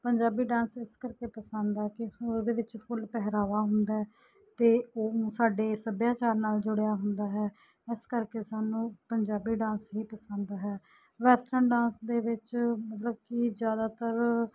Punjabi dance ਇਸ ਕਰਕੇ ਪਸੰਦ ਹੈ ਕਿਉੰਕਿ ਉਹਦੇ ਵਿੱਚ ਫੁੱਲ ਪਹਿਰਾਵਾ ਹੁੰਦਾ ਅਤੇ ਉਹ ਸਾਡੇ ਸੱਭਿਆਚਾਰ ਨਾਲ ਜੁੜਿਆ ਹੁੰਦਾ ਹੈ ਇਸ ਕਰਕੇ ਸਾਨੂੰ ਪੰਜਾਬੀ ਡਾਂਸ ਹੀ ਪਸੰਦ ਹੈ ਵੈਸਟਰਨ ਡਾਂਸ ਦੇ ਵਿੱਚ ਮਤਲਬ ਕਿ ਜ਼ਿਆਦਾਤਰ